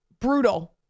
Brutal